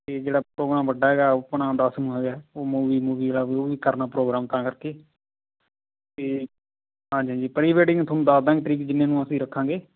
ਅਤੇ ਜਿਹੜਾ ਪ੍ਰੋਗਰਾਮ ਵੱਡਾ ਗਾ ਉਹ ਆਪਣਾ ਦਸ ਨੂੰ ਹੈਗਾ ਉਹ ਮੂਵੀ ਮੂਵੀ ਵਾਲਾ ਉਹ ਵੀ ਕਰਨਾ ਪ੍ਰੋਗਰਾਮ ਤਾਂ ਕਰਕੇ ਅਤੇ ਹਾਂਜੀ ਹਾਂਜੀ ਪ੍ਰੀਵੈਡਿੰਗ ਤੁਹਾਨੂੰ ਦੱਸਦਾਂਗੇ ਤਾਰੀਖ ਜਿੰਨੇ ਨੂੰ ਅਸੀਂ ਰੱਖਾਂਗੇ